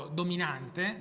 dominante